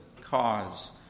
cause